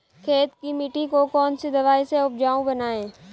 खेत की मिटी को कौन सी दवाई से उपजाऊ बनायें?